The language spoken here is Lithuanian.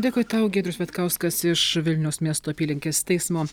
dėkui tau giedrius vitkauskas iš vilniaus miesto apylinkės teismo